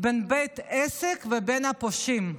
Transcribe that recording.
בין בית עסק ובין הפושעים,